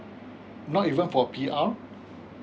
not even for P_R